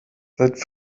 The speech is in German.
seit